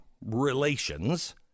relations